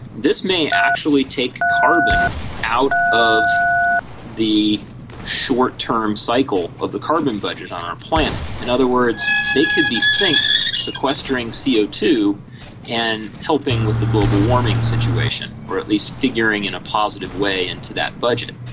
this may actually take carbon out of the short-term cycle of the carbon budget on our planet. in other words, they could be sinks sequestering c o two and helping with the global warming situation, or at least figuring in a positive way into that budget.